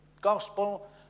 Gospel